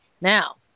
Now